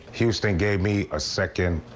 houston gave me a second